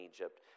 Egypt